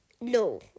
No